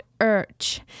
urge